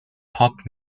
pop